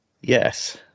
Yes